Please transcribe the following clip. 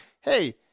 hey